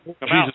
Jesus